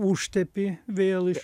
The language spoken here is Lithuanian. užtepi vėl iš